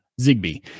ZigBee